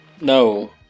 No